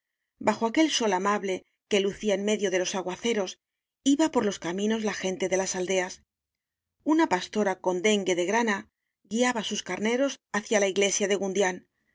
bajo aquel sol amable que lucía en medio de los aguaceros iba por los caminos la gente de las aldeas una pastora con dengue de grana guiaba sus carneros hacia la iglesia de gundián